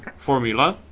formula,